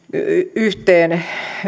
yhteen